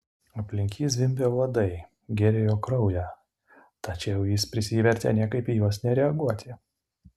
aplink jį zvimbė uodai gėrė jo kraują tačiau jis prisivertė niekaip į juos nereaguoti